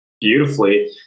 beautifully